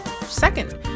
second